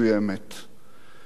אני יכול לקרוא לזה,